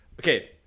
Okay